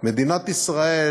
מדינת ישראל